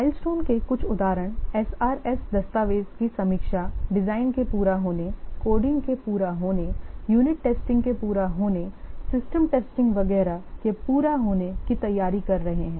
milestone के कुछ उदाहरण SRS दस्तावेज की समीक्षा डिजाइन के पूरा होने कोडिंग के पूरा होने यूनिट टेस्टिंग के पूरा होने सिस्टम टेस्टिंग वगैरह के पूरा होने की तैयारी कर रहे हैं